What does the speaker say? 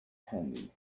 handy